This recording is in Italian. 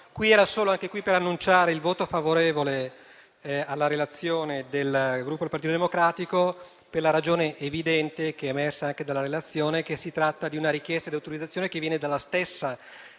Signor Presidente, annuncio il voto favorevole alla relazione del Gruppo Partito Democratico, per la ragione evidente, che è emersa anche dalla relazione, che si tratta di una richiesta di autorizzazione che viene dalla stessa